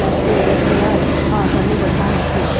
knapsack sprayer ह सबले बड़िहा होथे